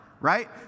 right